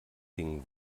ding